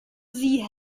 sie